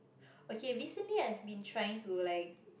okay recently I have been trying to like